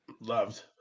Loved